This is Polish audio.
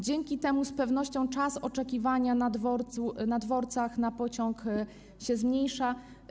Dzięki temu z pewnością czas oczekiwania na dworcach na pociąg się zmniejsza.